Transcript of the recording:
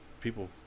people